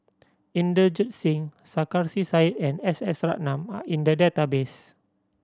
Inderjit Singh Sarkasi Said and S S Ratnam are in the database